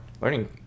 Learning